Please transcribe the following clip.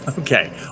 Okay